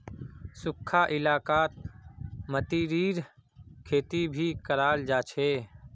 सुखखा इलाकात मतीरीर खेती भी कराल जा छे